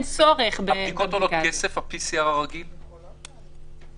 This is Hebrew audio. ה-PCR הרגיל עולה כסף?